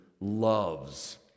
loves